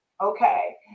okay